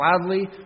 gladly